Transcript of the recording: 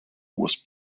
was